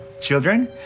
children